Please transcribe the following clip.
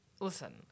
Listen